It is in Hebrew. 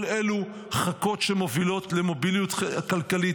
כל אלו חכות שמובילות למוביליות כלכלית.